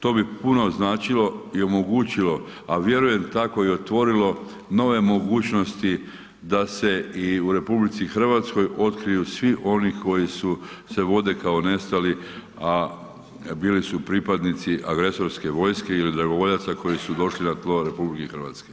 To bi puno značilo i omogućilo, a vjerujem tako i otvorilo i nove mogućnosti da se i u RH otkriju svi oni koje se vode kao nestali, a bili su pripadnici agresorske vojske ili dragovoljaca koji su došli na tlo RH.